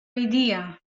idea